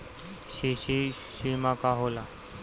CC सीमा का होला?